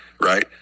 right